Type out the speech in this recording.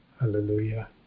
Hallelujah